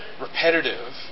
repetitive